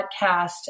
podcast